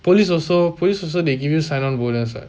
police also police also they give you sign on bonus [what]